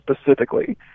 specifically